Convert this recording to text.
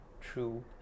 true